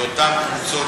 לאותן קבוצות,